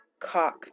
cock